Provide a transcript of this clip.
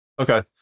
Okay